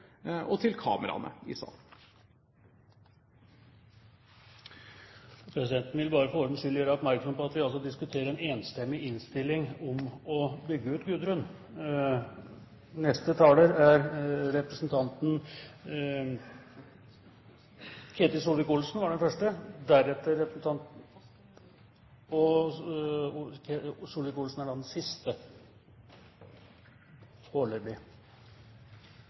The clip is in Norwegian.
og til kameraene i salen. Presidenten vil bare for ordens skyld gjøre oppmerksom på at vi diskuterer en enstemmig innstilling om å bygge ut Gudrun.